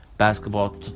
basketball